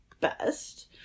best